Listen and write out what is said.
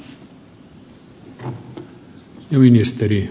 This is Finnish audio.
arvoisa puhemies